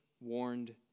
warned